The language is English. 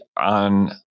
on